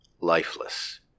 lifeless